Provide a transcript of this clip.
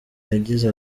yagize